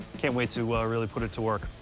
can't wait to really put it to work.